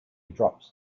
dropped